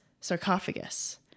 sarcophagus